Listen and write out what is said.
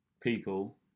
People